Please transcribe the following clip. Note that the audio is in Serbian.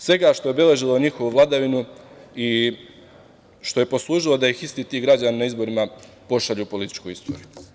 Svega što je obeležilo njihovu vladavinu i što je poslužilo da ih isti ti građani na izborima pošalju u političku istoriju.